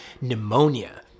pneumonia